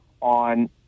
on